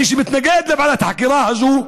מי שמתנגד לוועדת החקירה הזאת,